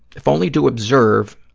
if only to observe,